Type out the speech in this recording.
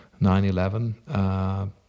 9/11